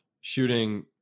shooting